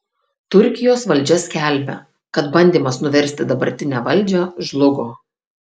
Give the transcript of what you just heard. turkijos valdžia skelbia kad bandymas nuversti dabartinę valdžią žlugo